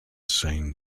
same